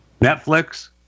Netflix